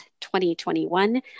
2021